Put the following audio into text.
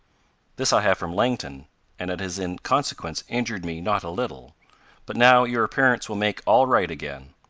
this i have from langton and it has in consequence injured me not a little but now your appearance will make all right again.